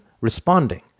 responding